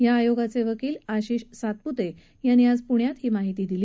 या आयोगाचे वकील आशिष सातपुते यांनी आज पुण्यात ही माहिती दिली